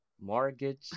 Mortgage